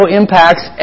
impacts